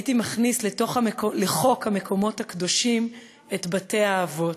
הייתי מכניס לחוק המקומות הקדושים את בתי-האבות.